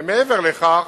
מעבר לכך,